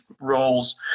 roles